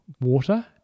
water